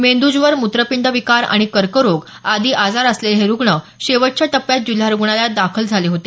मेंदूज्वर मुत्रपिंड विकार आणि कर्करोग आदी आजार असलेले हे रुग्ण शेवटच्या टप्प्यात जिल्हा रुग्णालयात दाखल झाले होते